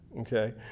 okay